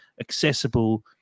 accessible